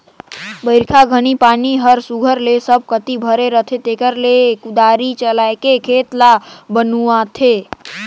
बरिखा घनी पानी हर सुग्घर ले सब कती भरे रहें तेकरे ले कुदारी चलाएके खेत ल बनुवाथे